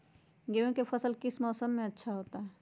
गेंहू का फसल किस मौसम में अच्छा होता है?